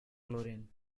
chlorine